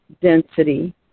density